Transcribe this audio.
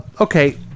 okay